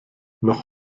noch